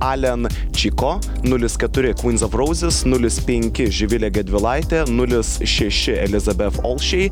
alen čiko nulis keturi kvyns of rouzes nulis penki živilė gedvilaitė nulis šeši elizabef olšei